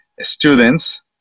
students